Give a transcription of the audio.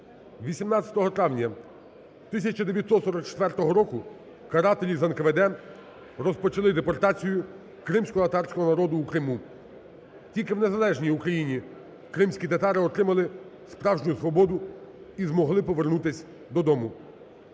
18 травня 1944 року карателі з НКВД розпочали депортацію кримськотатарського народу в Криму. Тільки в незалежній Україні кримські татари отримали справжню свободи і змогли повернутись додому.